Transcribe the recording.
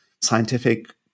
scientific